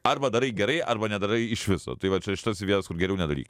arba darai gerai arba nedarai iš viso tai vat šitos vietos kur geriau nedaryk